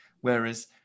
whereas